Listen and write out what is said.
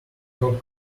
cock